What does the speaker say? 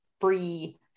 free